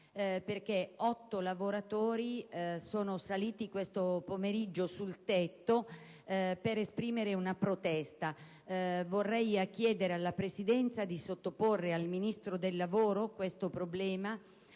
che otto lavoratori sono saliti questo pomeriggio sul tetto della azienda per esprimere una protesta. Vorrei chiedere alla Presidenza di sottoporre al Ministro del lavoro questo problema